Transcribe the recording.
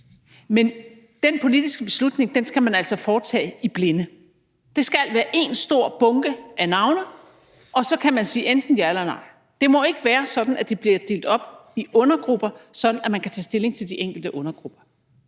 men den politiske beslutning skal man altså foretage i blinde. Der skal være en stor bunke af navne, og så kan man sige enten ja eller nej. Det må ikke være sådan, at de bliver delt op i undergrupper, sådan at man kan tage stilling til de enkelte undergrupper.